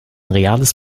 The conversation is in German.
reales